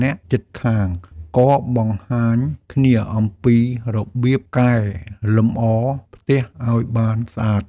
អ្នកជិតខាងក៏បង្ហាញគ្នាអំពីរបៀបកែលម្អផ្ទះឲ្យបានស្អាត។